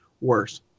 worse